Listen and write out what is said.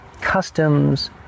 customs